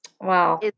Wow